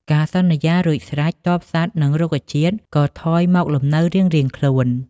កាលសន្យារួចស្រេច ទ័ពសត្វ និងរុក្ខជាតិក៏ថយមកលំនៅរៀងៗខ្លួន។